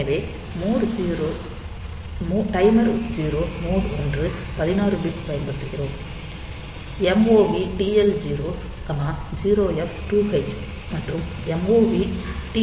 எனவே timer 0 mode 1 16 bit பயன்படுத்துகிறோம் move TL0 0f2h மற்றும் move TH0 0FFH